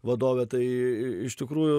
vadovė tai iš tikrųjų